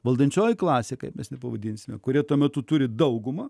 valdančioji klasė kaip mes nepavadinsime kuri tuo metu turi daugumą